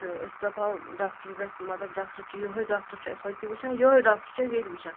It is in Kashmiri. تہٕ أسی دَپہَو ڈآکٹر گژھِ مطلب ڈاکٹر چھِ یہوے ڈاکٹر چھِ اَسہِ ہُتہِ تہِ وٕچھان یِہٕے ڈاکٹر چھِ اَسہِ ییٚتہِ وٕچھان